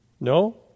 No